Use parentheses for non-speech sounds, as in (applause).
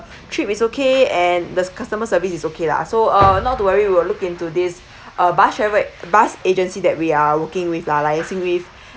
(breath) trip is okay and the customer service is okay lah so uh not to worry we'll look into this (breath) uh bus trave~ bus agency that we are working with lah liaising with (breath)